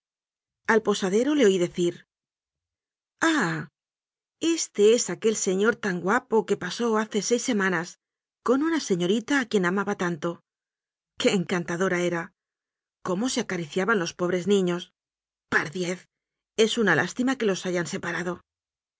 po sadero le oí decir ah éste es aquel señor tan guapo que pasó hace seis semanas con una seño rita a quien amaba tanto qué encantadora eral cómo se acariciaban los pobres niños pardiez es una lástima que los hayan separado